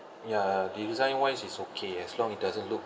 ya design wise is okay as long it doesn't look